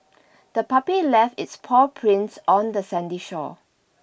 the puppy left its paw prints on the sandy shore